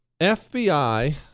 FBI